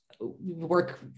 work